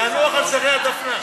תנוח על זרי הדפנה.